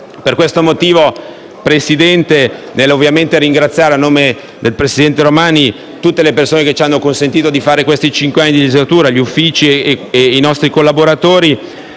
Per questo motivo, signor Presidente, vorrei ringraziare, a nome del presidente Romani, tutte le persone che ci hanno consentito di fare questi anni di legislatura, gli uffici e i nostri collaboratori.